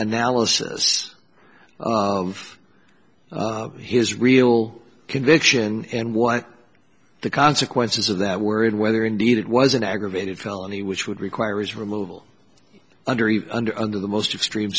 analysis of his real conviction and what the consequences of that were and whether indeed it was an aggravated felony which would require is removal under under under the most extreme